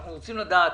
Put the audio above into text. אנחנו רוצים לדעת